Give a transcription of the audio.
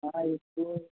हँ ई छियै